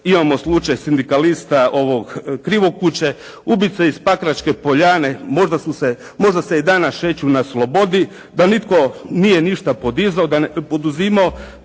Imamo slučaj sindikalista ovog krivokuće. Ubice iz Pakračke poljane možda su se, možda se i danas šeću na slobodi da nitko nije ništa poduzimao pa i da